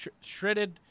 shredded